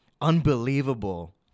unbelievable